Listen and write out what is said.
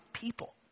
people